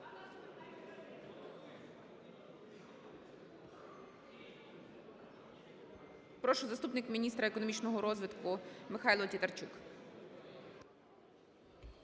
Прошу, заступник міністра економічного розвитку Михайло Тітарчук.